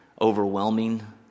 overwhelming